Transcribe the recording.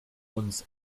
uns